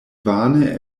vane